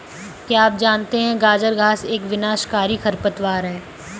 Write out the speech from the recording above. क्या आप जानते है गाजर घास एक विनाशकारी खरपतवार है?